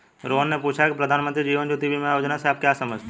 रोहन ने पूछा की प्रधानमंत्री जीवन ज्योति बीमा योजना से आप क्या समझते हैं?